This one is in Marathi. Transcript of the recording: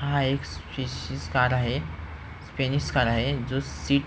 हा एक स्पेशिस कार आहे स्पेनिश कार आहे जो सीट